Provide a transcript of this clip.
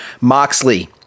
Moxley